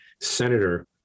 Senator